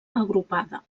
agrupada